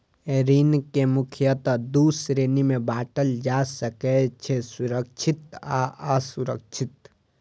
ऋण कें मुख्यतः दू श्रेणी मे बांटल जा सकै छै, सुरक्षित आ असुरक्षित